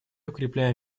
укрепляем